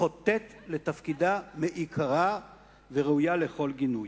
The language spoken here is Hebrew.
חוטאת לתפקידה מעיקרה וראויה לכל גינוי.